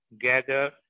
gather